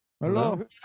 Hello